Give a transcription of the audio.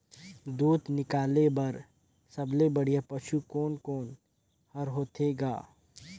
दूध निकाले बर सबले बढ़िया पशु कोन कोन हर होथे ग?